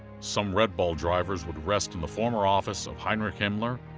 some red ball drivers would rest in the former office of heinrich himmler,